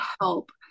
help